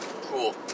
Cool